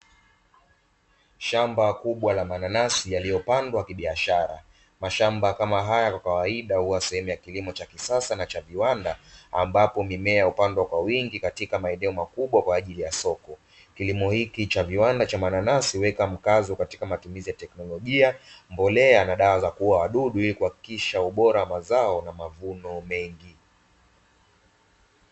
Shamba kubwa la mananasi yaliyopandwa kibiashara. Mashamba kama haya kwa kawaida huwa sehemu ya kilimo cha kisasa na cha viwanda, ambapo mimea hupandwa kwa wingi katika maeneo makubwa kwa ajili ya soko. Kilimo hichi cha viwanda cha mananasi huleta mkazo katika matumizi ya teknolojia, mbolea na dawa za kuua wadudu ili kuhakikisha ubora wa mazao na mavuno mengi.